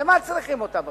לְמה צריכים אותה בכלל?